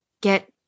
get